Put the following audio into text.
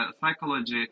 psychology